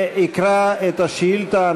ויקרא את השאילתה.